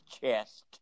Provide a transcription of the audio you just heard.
chest